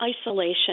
isolation